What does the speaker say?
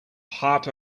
heart